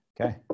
Okay